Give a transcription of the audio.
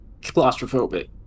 claustrophobic